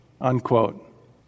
unquote